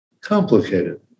complicated